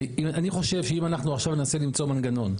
אני חושב שאם אנחנו עכשיו ננסה למצוא מנגנון.